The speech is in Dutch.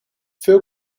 veel